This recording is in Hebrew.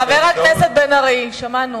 חבר הכנסת בן-ארי, שמענו.